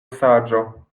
saĝo